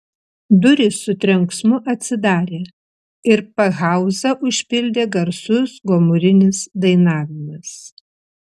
durys su trenksmu atsidarė ir pakhauzą užpildė garsus gomurinis dainavimas